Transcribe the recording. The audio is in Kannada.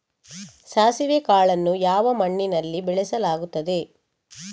ಸಾಸಿವೆ ಕಾಳನ್ನು ಯಾವ ಮಣ್ಣಿನಲ್ಲಿ ಬೆಳೆಸಲಾಗುತ್ತದೆ?